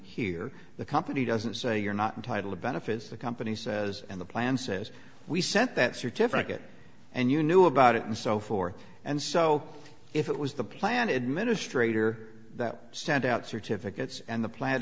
here the company doesn't say you're not entitled to benefits the company says and the plan says we sent that certificate and you knew about it and so forth and so if it was the plan administrator that sent out certificates and the plan